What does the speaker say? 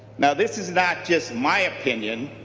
now this is not just my opinion.